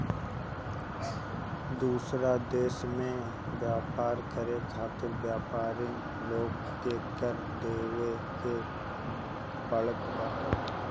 दूसरा देस में व्यापार करे खातिर व्यापरिन लोग के कर देवे के पड़त बाटे